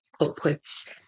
upwards